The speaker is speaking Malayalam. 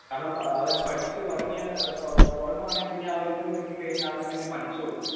കാരണം അവൻ പഠിച്ച് തുടങ്ങുകയാണെങ്കില് പിന്നെ ആ ഒരിത് കിട്ടിക്കഴിഞ്ഞാല് അവൻ പിന്നെ പഠിച്ചുകൊള്ളും